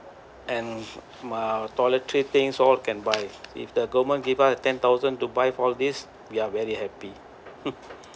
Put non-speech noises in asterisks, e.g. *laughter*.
and uh toiletry things all can buy if the government give us ten thousand to buy for this we are very happy *laughs*